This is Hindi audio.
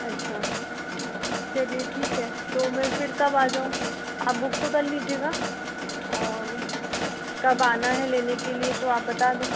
अच्छा चलिए ठीक है तो मैं फिर कब आ जाऊँ आप बुक तो कर लीजिएगा और कब आना है लेने के लिए तो आप बता दो